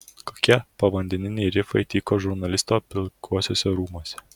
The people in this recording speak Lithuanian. kokie povandeniniai rifai tyko žurnalisto pilkuosiuose rūmuose